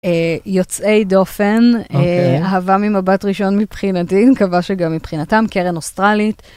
יוצאי דופן, אהבה ממבט ראשון מבחינתי, מקווה שגם מבחינתם, קרן אוסטרלית.